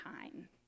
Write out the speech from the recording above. time